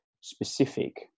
specific